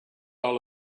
all